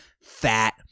fat